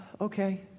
okay